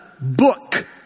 book